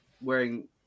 wearing